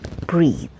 Breathe